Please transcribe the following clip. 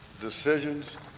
decisions